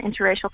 interracial